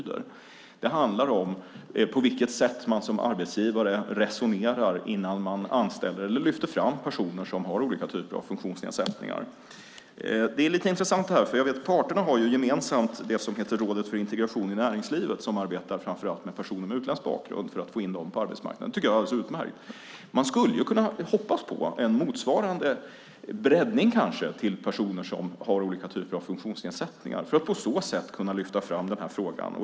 Det handlar om på vilket sätt man som arbetsgivare resonerar innan man anställer eller lyfter fram personer som har olika typer av funktionsnedsättningar. En intressant sak är att parterna har gemensamt det som heter Rådet för integration i näringslivet som framför allt arbetar med personer med utländsk bakgrund för att få in dem på arbetsmarknaden. Det tycker jag är alldeles utmärkt. Man skulle kunna hoppas på motsvarande, en breddning, när det gäller personer som har olika typer av funktionsnedsättningar för att på så sätt lyfta fram den här frågan.